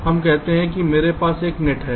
हम कहते हैं कि मेरे पास एक नेट है